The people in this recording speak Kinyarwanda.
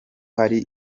hari